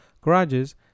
garages